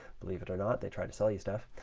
believe it or not, they tried to sell you stuff,